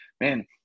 man